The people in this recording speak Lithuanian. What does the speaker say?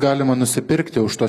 galima nusipirkti už tuos